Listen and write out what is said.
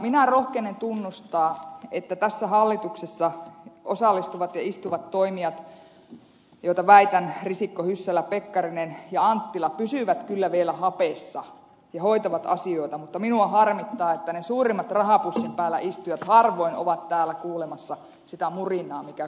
minä rohkenen tunnustaa että tässä hallituksessa osallistuvat ja istuvat toimijat ministerit risikko hyssälä pekkarinen ja anttila pysyvät kyllä vielä hapessa ja hoitavat asioita mutta minua harmittaa että ne suurimmat rahapussin päällä istujat harvoin ovat täällä kuulemassa sitä murinaa mikä kansakunnalta kuuluu